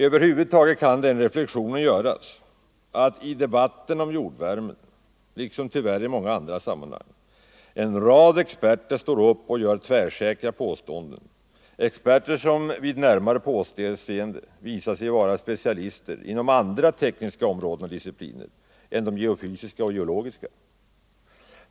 Över huvud taget kan den reflexionen göras att i debatten om jordvärmen, liksom tyvärr i många andra sammanhang, en rad experter står upp och gör tvärsäkra påståenden — experter som vid närmare påseende visar sig vara specialister inom andra tekniska områden och discipliner än de geofysiska och geologiska.